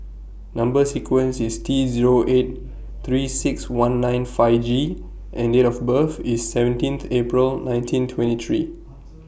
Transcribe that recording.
Number sequence IS T Zero eight three six one nine five G and Date of birth IS seventeen April nineteen twenty three